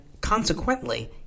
consequently